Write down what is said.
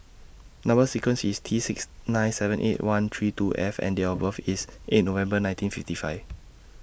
Number sequence IS T six nine seven eight one three two F and Date of birth IS eight November nineteen fifty five